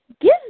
give